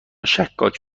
شکاک